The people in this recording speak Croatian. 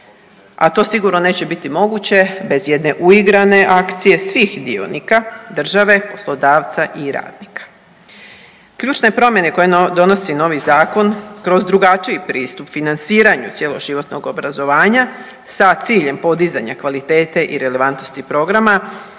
a to sigurno neće biti moguće bez jedne uigrane akcije svih dionika, države, poslodavca i radnika. Ključne promjene koje donosi novi zakon kroz drugačiji pristup financiranju cjeloživotnog obrazovanja sa ciljem podizanja kvalitete i relevantnosti programa